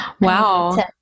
wow